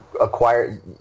acquire